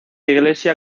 iglesia